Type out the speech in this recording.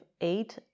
eight